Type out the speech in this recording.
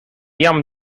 jam